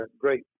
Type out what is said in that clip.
great